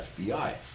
FBI